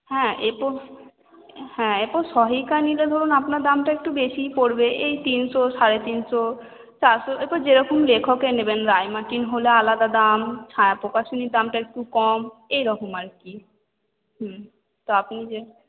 হ্যাঁ এরপর হ্যাঁ এরপর সহায়িকা নিলে ধরুন আপনার দামটা একটু বেশিই পড়বে এই তিনশো সাড়ে তিনশো চারশো এরপর যেরকম লেখকের নেবেন রায় মার্টিন হলে আলাদা দাম ছায়া প্রকাশনীর দামটা একটু কম এইরকম আর কি তো আপনি যে